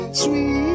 sweet